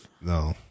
No